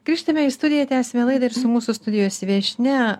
grįžtame į studiją tęsiame laidą ir su mūsų studijos viešnia